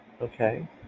Okay